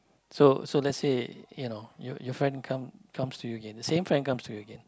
so so let's say you know your your friend come comes to you again the same friend comes to you again